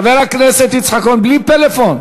חבר הכנסת יצחק כהן, בלי פלאפון.